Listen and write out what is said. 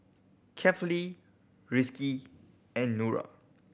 Kefli Rizqi and Nura